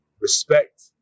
respect